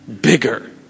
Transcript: bigger